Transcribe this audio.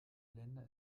länder